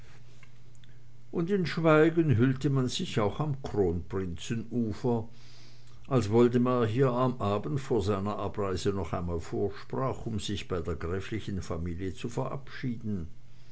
und in schweigen hüllte man sich auch am kronprinzenufer als woldemar hier am abend vor seiner abreise noch einmal vorsprach um sich bei der gräflichen familie zu verabschieden